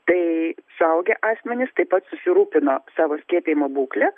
tai suaugę asmenys taip pat susirūpino savo skiepijimo būkle